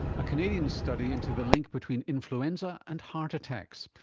a canadian study into the link between influenza and heart attacks.